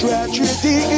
Tragedy